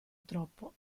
troppo